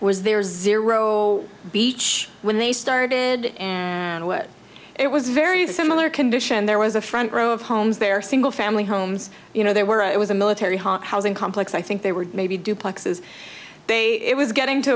was there's zero beach when they started it was very similar condition there was a front row of homes there single family homes you know there were it was a military hot housing complex i think they were maybe duplexes they it was getting to